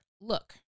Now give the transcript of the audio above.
look